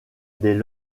des